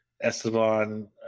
Esteban